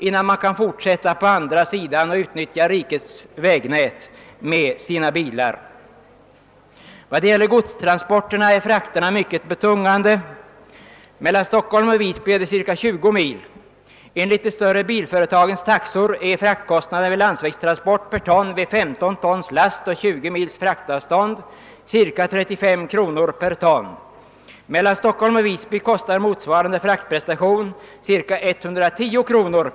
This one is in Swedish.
innan man kan fortsätta på andra sidan och utnyttja rikets vägnät med sin bil. När det gäller godstransporterna är frakterna mycket betungande. Mellan Stockholm och Visby är det ca 20 mil. Enligt de större bilföretagens taxor är fraktkostnaden vid landsvägstransport per ton vid 15 tons last och 20 mils fraktavstånd ca 35 kr. per ton. Mellan Stockholm och Visby kostar motsvarande fraktprestation ca 110 kr.